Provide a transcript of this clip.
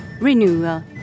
renewal